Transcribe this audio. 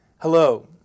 Hello